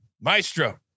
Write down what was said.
Maestro